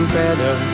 better